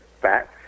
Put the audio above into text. fat